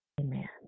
Amen